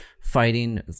fighting